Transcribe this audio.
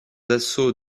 assauts